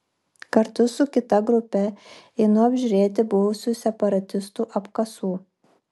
kartu su kita grupe einu apžiūrėti buvusių separatistų apkasų